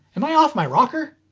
am i off my rocker?